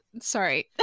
sorry